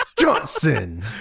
Johnson